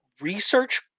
research